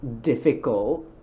difficult